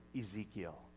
Ezekiel